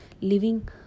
living